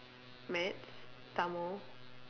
maths Tamil